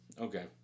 Okay